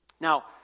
Now